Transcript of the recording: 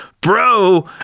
bro